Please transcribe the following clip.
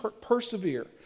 persevere